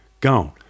gone